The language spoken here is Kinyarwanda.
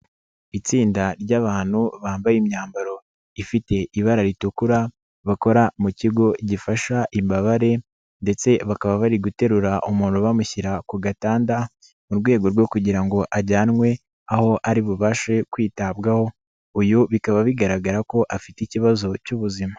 Itsinda ry'abantu bambaye imyambaro ifite ibara ritukura, bakora mu kigo gifasha imbabare ndetse bakaba bari guterura umuntu bamushyira ku gatanda mu rwego rwo kugira ngo ajyanwe aho ari bubashe kwitabwaho, uyu bikaba bigaragara ko afite ikibazo cy'ubuzima.